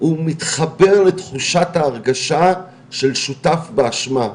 הוא מתחבר לתחושת ההרגשה של שותף באשמה,